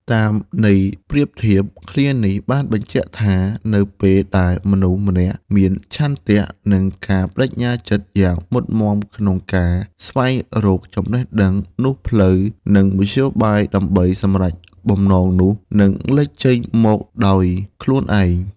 តាមន័យប្រៀបធៀប ឃ្លានេះបានបញ្ជាក់ថា នៅពេលដែលមនុស្សម្នាក់មានឆន្ទៈ និងការប្ដេជ្ញាចិត្តយ៉ាងមុតមាំក្នុងការស្វែងរកចំណេះដឹង នោះផ្លូវ និងមធ្យោបាយដើម្បីសម្រេចបំណងនោះនឹងលេចចេញមកដោយខ្លួនឯង។